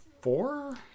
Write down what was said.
four